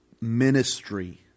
ministry